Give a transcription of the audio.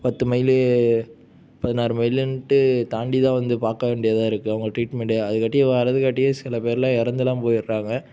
பத்து மைல் பதினாறு மைலுண்ட்டு தாண்டி தான் வந்து பார்க்க வேண்டியதாக இருக்குது அவங்க ட்ரீட்மெண்ட்டு அதுக்காட்டியும் வரதுக்காட்டியும் சில பேருலாம் இறந்துலாம் போகிடுறாங்க